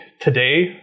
today